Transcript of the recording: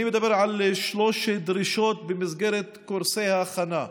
אני מדבר על שלוש דרישות במסגרת קורסי ההכנה: